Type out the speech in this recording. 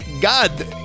God